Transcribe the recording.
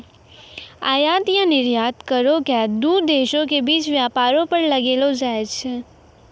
आयात या निर्यात करो के दू देशो के बीच व्यापारो पर लगैलो जाय छै